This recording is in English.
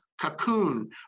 cocoon